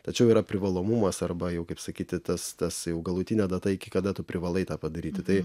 tačiau yra privalomumas arba jau kaip sakyti tas tas jau galutinė data iki kada tu privalai tą padaryti tai